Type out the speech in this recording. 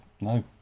no